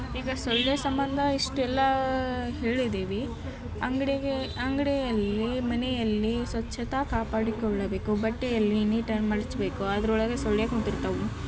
ಈಗ ಸೊಳ್ಳೆ ಸಂಬಂಧ ಇಷ್ಟೆಲ್ಲ ಹೇಳಿದ್ದೀವಿ ಅಂಗಡಿಗೆ ಅಂಗಡಿಯಲ್ಲಿ ಮನೆಯಲ್ಲಿ ಸ್ವಚ್ಛತೆ ಕಾಪಾಡಿಕೊಳ್ಳಬೇಕು ಬಟ್ಟೆಯಲ್ಲಿ ನೀಟಾಗಿ ಮಡ್ಚಬೇಕು ಅದರೊಳಗೆ ಸೊಳ್ಳೆ ಕುಂತಿರ್ತವೆ